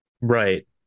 Right